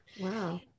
Wow